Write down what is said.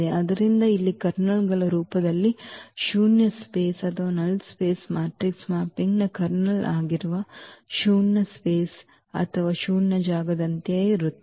ಆದ್ದರಿಂದ ಇಲ್ಲಿ ಕರ್ನಲ್ಗಳ ರೂಪದಲ್ಲಿ ಶೂನ್ಯ ಸ್ಥಳವು ಮ್ಯಾಟ್ರಿಕ್ಸ್ ಮ್ಯಾಪಿಂಗ್ನ ಕರ್ನಲ್ ಆಗಿರುವ ಶೂನ್ಯ ಜಾಗದಂತೆಯೇ ಇರುತ್ತದೆ